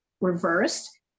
reversed